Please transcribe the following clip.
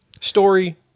story